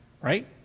right